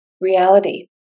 reality